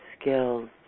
skills